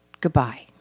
goodbye